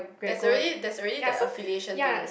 there's already there's already that affiliation thing